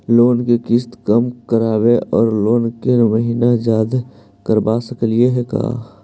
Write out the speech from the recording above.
Loan के किस्त कम कराके औ लोन के महिना जादे करबा सकली हे का?